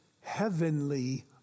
heavenly